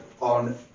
on